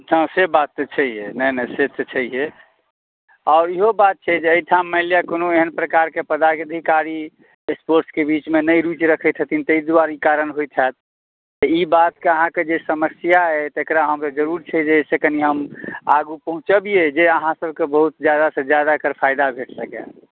से बात तऽ छहियै नहि नहि से तऽ छहियै आओर इहो बात छै जे एहिठाम मानि लिअ जे कोनो एहन प्रकारके पदाधिकारी स्पोर्ट्सके बीचमे नहि रूचि रखै छथिन तैं दुआरे ई कारण होयत हैत तऽ ई बातक अहाँके जे समस्या अछि तेकरा हम छै जे जरूर जे से कनि हम आगू पहुॅंचबियै जे अहाँसभके बहुत जादासे जादा एकर फयदा भेट सकैया